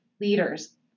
leaders